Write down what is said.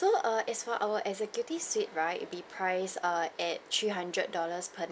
as for our executives suite right it be price err at three hundred dollars per night